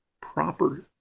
proper